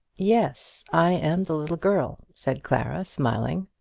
yes i am the little girl, said clara, smiling.